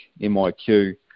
MIQ